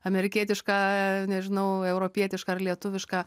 amerikietišką nežinau europietišką ar lietuvišką